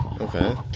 Okay